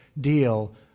deal